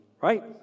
right